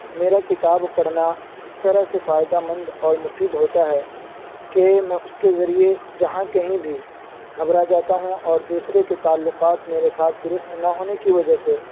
میرا کتاب پڑھنا اس طرح سے فائدہ مند اور مفید ہوتا ہے کہ میں اس کے ذریعے جہاں کہیں بھی گھبرا جاتا ہوں اور دوسرے کے تعلقات میرے ساتھ درست نہ ہونے کی وجہ سے